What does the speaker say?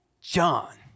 John